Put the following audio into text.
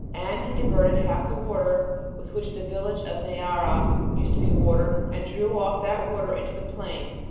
and he diverted half the water with which the village of neara used to be watered, and drew off that water into the plain,